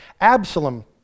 Absalom